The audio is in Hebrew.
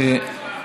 אין תשובה.